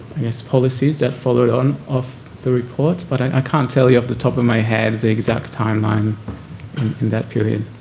i guess, policies that followed on off the report, but i can't tell you off the top of my head the exact timeline in that period.